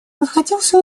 находился